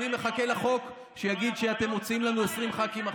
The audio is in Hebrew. אני מחכה לחוק שיגיד שאתם מוציאים לנו 20 ח"כים החוצה.